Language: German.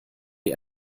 die